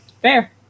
Fair